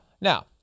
Now